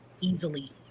easily